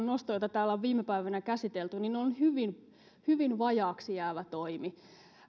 nosto jota täällä on viime päivinä käsitelty on hyvin hyvin vajaaksi jäävä toimi